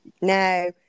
No